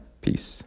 peace